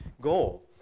goal